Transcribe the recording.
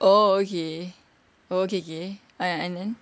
oh okay oh okay okay ah ya and then